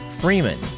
Freeman